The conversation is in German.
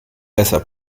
besser